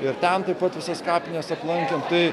ir ten taip pat visas kapines aplankėm tai